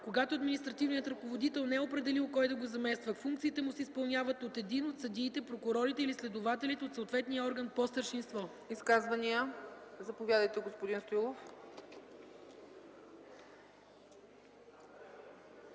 Когато административният ръководител не е определил кой да го замества, функциите му се изпълняват от един от съдиите, прокурорите или следователите от съответния орган, по старшинство.” ПРЕДСЕДАТЕЛ ЦЕЦКА ЦАЧЕВА: Изказвания? Заповядайте, господин Стоилов.